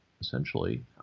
essentially